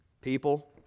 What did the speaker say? People